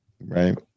Right